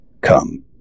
Come